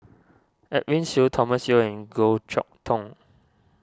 Edwin Siew Thomas Yeo and Goh Chok Tong